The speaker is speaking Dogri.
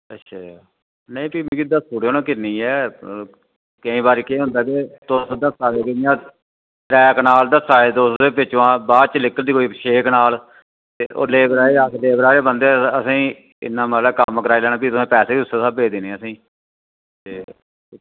अच्छा नेईं फ्ही मिकी दस्सी ओड़ो ना किन्नी ऐ केईं बारी केह् होंदा के तुस दस्सा दे ते इ'यां त्रै कनाल दस्सा दे तुस ते पिच्छुआं बाद च निकलदी छे कनाल ते ओह् लेबरा आह्ले आखदे लेबर आह्ले बंदे असेंगी इ'न्ना मतलब कम्म कराई लैना ते फ्ही पैसे बी तुसें उस्सै स्हाबै देने असेंगी ते